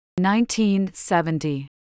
1970